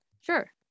Sure